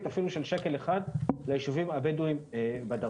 אפילו של שקל אחד לישובים הבדווים בדרום.